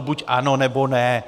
Buď ano, nebo ne.